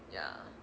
ya